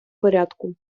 порядку